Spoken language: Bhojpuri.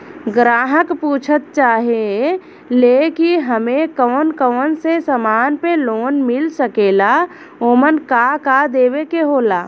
ग्राहक पुछत चाहे ले की हमे कौन कोन से समान पे लोन मील सकेला ओमन का का देवे के होला?